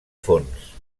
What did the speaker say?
fons